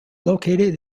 located